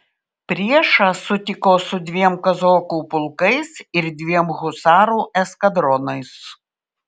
priešą sutiko su dviem kazokų pulkais ir dviem husarų eskadronais